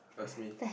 ask me